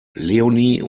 leonie